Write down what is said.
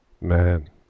man